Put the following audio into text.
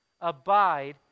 Abide